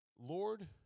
Lord